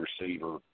receiver